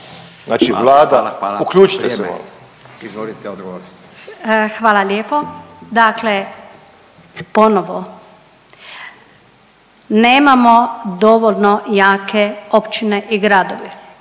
Barbara (SDP)** Hvala lijepo. Dakle ponovo, nemamo dovoljno jake općine i gradove,